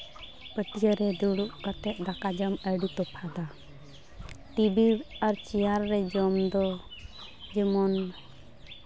ᱯᱟᱹᱴᱤᱭᱟᱹᱨᱮ ᱫᱩᱲᱩᱵ ᱠᱟᱛᱮᱫ ᱫᱟᱠᱟ ᱡᱚᱢ ᱟᱹᱰᱤ ᱛᱚᱯᱷᱟᱛᱟ ᱴᱮᱵᱤᱞ ᱟᱨ ᱪᱮᱭᱟᱨ ᱨᱮ ᱡᱚᱢ ᱫᱚ ᱡᱮᱢᱚᱱ